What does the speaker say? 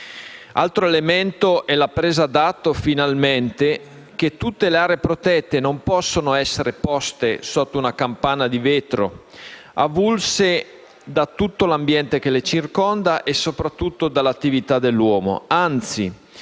considerare è la presa d'atto, finalmente, che tutte le aree protette non possono essere poste sotto una campana di vetro, avulse da tutto l'ambiente che le circonda e, soprattutto, dall'attività dell'uomo.